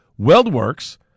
Weldworks